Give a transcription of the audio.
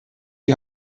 die